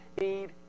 need